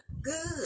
good